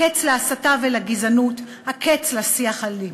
הקץ להסתה ולגזענות, הקץ לשיח האלים.